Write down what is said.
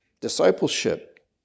Discipleship